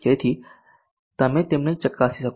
જેથી તમે તેમને ચકાસી શકો